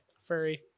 Furry